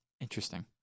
Interesting